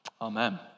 Amen